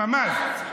ממ"ז?